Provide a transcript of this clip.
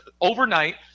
overnight